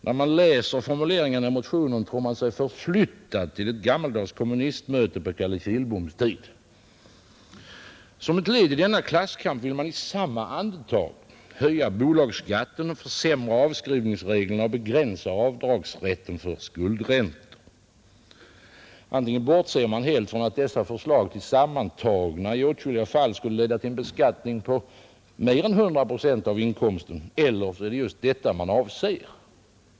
När man läser formuleringarna i motionen tror man sig förflyttad till ett gammaldags kommunistmöte på Kalle Kilboms tid. Som ett led i denna klasskamp vill kommunisterna i samma andetag höja bolagsskatten, försämra avskrivningsreglerna och begränsa avdragsrätten för skuldräntor. Antingen bortser man helt från att dessa förslag tillsammantagna i åtskilliga fall skulle leda till en beskattning på mer än 100 procent av inkomsten, eller också är det just detta man avser.